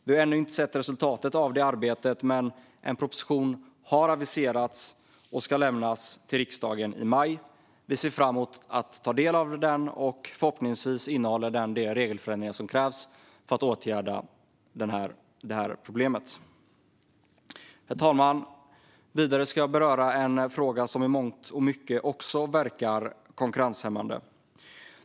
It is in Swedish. Vi har ännu inte sett resultatet av det arbetet, men en proposition har aviserats och ska lämnas till riksdagen i maj. Vi ser fram emot att ta del av den. Förhoppningsvis innehåller den de regelförändringar som krävs för att åtgärda problemet. Herr talman! Vidare ska jag beröra en fråga som i mångt och mycket också verkar konkurrenshämmande.